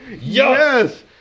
yes